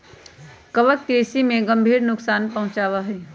कवक कृषि में गंभीर नुकसान पहुंचावा हई